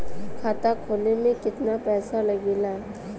खाता खोले में कितना पैसा लगेला?